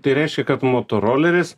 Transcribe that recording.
tai reiškia kad motoroleris